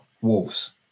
Wolves